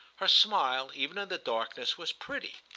her smile even in the darkness was pretty.